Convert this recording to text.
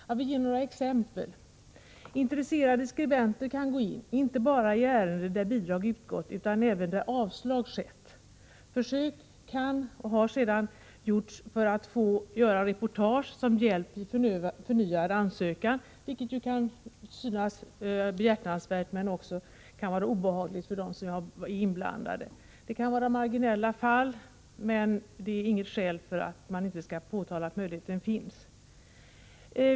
Jag vill ge exempel på vad som kan hända: Intresserade skribenter kan få uppgifter inte bara om ärenden där bidrag har utgått utan även om sådana där avslag har skett. Försök har gjorts att göra reportage som hjälp vid förnyad ansökan. Detta kan synas behjärtansvärt, men det kan också medföra obehag för dem som är inblandade. Antalet fall kan tyckas marginellt, men det är inget skäl för att inte påtala att möjligheten finns.